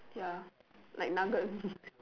ya like nugget